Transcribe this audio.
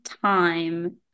time